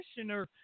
commissioner